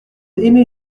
aimé